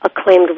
acclaimed